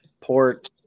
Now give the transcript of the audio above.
Port